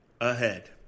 ahead